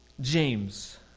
James